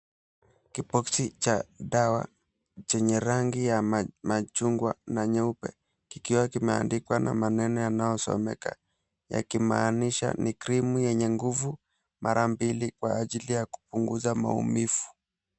Kiboxi cha dawa chenye rangi ya machungwa na nyeupe kikiwa kimeandikwa na maneno yanayosomeka yakimaanisha ni krimu yenye nguvu mara mbili kwa ajili ya kupunguza maumivu.